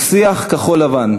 הוא שיח כחול-לבן.